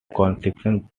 consequence